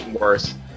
worse